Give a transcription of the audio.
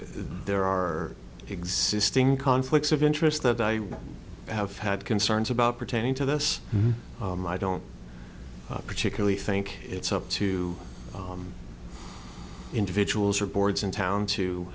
there are existing conflicts of interest that i have had concerns about pertaining to this i don't particularly think it's up to individuals or boards in town to